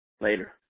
Later